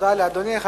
תודה לאדוני.